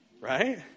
right